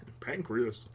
Pancreas